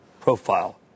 profile